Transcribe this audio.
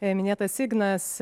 minėtas ignas